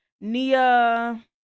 Nia